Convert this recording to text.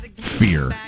Fear